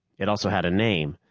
it also had a name,